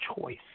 choice